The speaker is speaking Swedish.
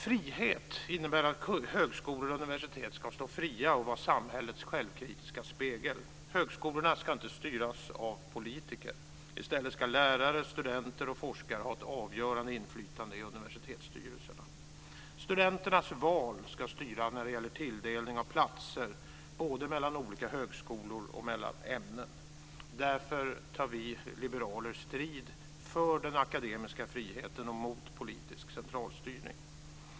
Frihet innebär att högskolor och universitet ska stå fria och vara samhällets självkritiska spegel. Högskolorna ska inte styras av politiker. I stället ska lärare, studenter och forskare ha ett avgörande inflytande i universitetsstyrelserna. Studenternas val ska styra när det gäller tilldelning av platser både mellan olika högskolor och mellan ämnen. Därför tar vi liberaler strid för den akademiska friheten och mot politisk centralstyrning.